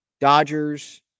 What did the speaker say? Dodgers